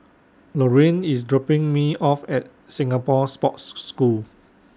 Lorean IS dropping Me off At Singapore Sports School